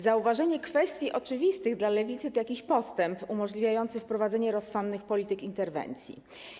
Zauważenie kwestii oczywistych dla Lewicy to postęp umożliwiający wprowadzenie rozsądnych polityk interwencji.